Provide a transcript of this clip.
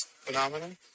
phenomenon